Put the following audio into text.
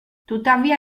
tuttavia